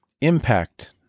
Impact